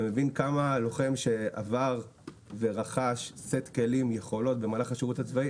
ומבין כמה לוחם שעבר ורכש סט כלים ויכולות במהלך השירות הצבאי,